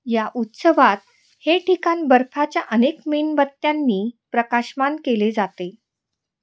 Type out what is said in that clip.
या उत्सवात हे ठिकाण बर्फाच्या अनेक मेणबत्त्यांनी प्रकाशमान केले जाते